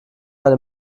eine